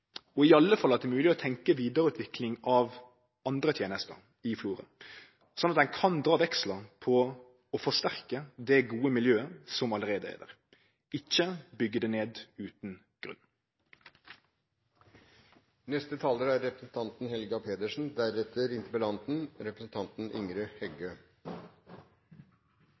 og i alle fall at det er mogleg å tenkje vidareutvikling av andre tenester i Florø, slik at ein kan dra vekslar på å forsterke det gode miljøet som allereie er der, ikkje byggje det ned utan grunn. Historien om norsk petroleumsnæring er